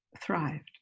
thrived